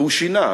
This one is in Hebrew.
והוא שינה,